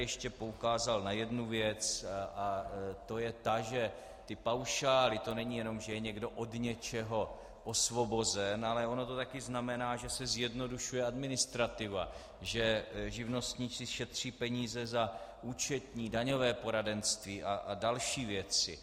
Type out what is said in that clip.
Ještě bych tady poukázal na jednu věc, a to je ta, že paušály, to není jenom, že je někdo od něčeho osvobozen, ale ono to také znamená, že se zjednodušuje administrativa, že živnostníci šetří peníze za účetní, daňové poradenství a další věci.